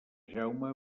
jaume